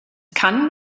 kann